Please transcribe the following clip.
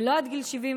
ולא עד גיל 75,